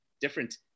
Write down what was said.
different